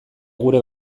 gure